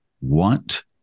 want